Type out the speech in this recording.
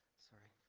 sorry.